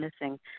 missing